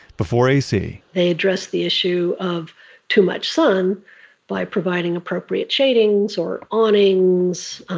before ac, they address the issue of too much sun by providing appropriate shadings or awnings.